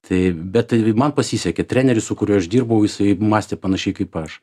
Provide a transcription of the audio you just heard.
taip bet tai man pasisekė treneris su kuriuo aš dirbau jisai mąstė panašiai kaip aš